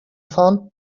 fahren